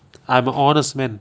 I am a honest men